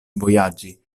vojaĝi